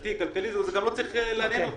ממשלתי זה גם לא צריך לעניין אותו.